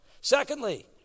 Secondly